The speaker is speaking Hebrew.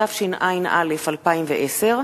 התשע"א 2010,